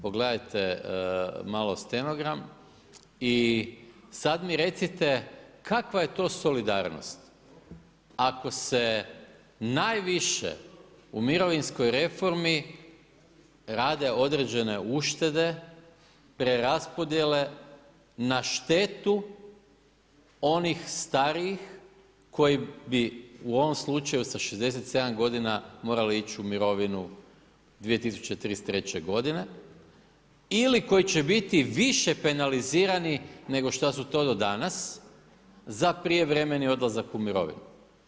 Pogledajte malo stenogram i sad mi recite kakva je to solidarnost ako se najviše u mirovinskoj reformi rade određene uštede preraspodjele na štetu onih starijih koji bi u ovom slučaju sa 67 godina morali ići u mirovinu 2033. godine ili koji će biti više penalizirani nego što su to do danas za prijevremeni odlazak u mirovinu.